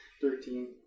thirteen